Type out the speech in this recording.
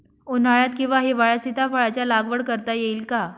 उन्हाळ्यात किंवा हिवाळ्यात सीताफळाच्या लागवड करता येईल का?